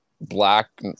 black